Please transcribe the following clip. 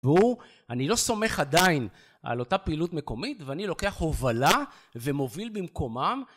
ברור אני לא סומך עדיין על אותה פעילות מקומית ואני לוקח הובלה ומוביל במקומם